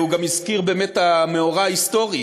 הוא גם הזכיר באמת את המאורע ההיסטורי